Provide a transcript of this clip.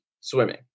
swimming